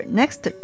next